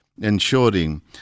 ensuring